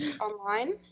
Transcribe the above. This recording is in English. online